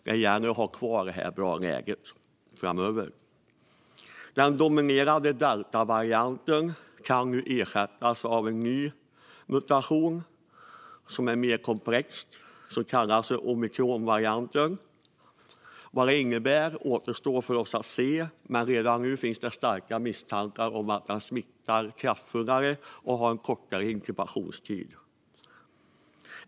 Det gäller att ha kvar detta goda läge framöver. Den dominerande deltavarianten kan nu ersättas av en ny mutation som är mer komplex. Den kallas omikronvarianten. Vad den innebär återstår för oss att se, men redan nu finns starka misstankar om en mer kraftfull smittspridning och en kortare inkubationstid.